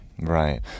Right